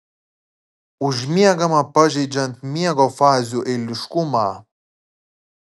užmiegama pažeidžiant miego fazių eiliškumą